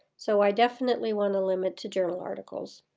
so i definitely want to limit to journal articles.